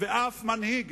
ואף מנהיג,